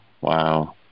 Wow